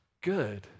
good